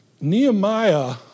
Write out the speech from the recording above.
Nehemiah